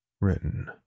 Written